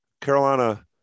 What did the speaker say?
Carolina